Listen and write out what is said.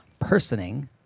personing